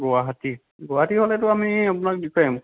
গুৱাহাটীত গুৱাহাটী হ'লেটো আমি আপোনাক দি থৈ আহিম